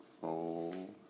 fold